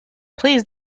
please